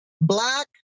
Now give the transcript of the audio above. black